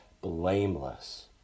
blameless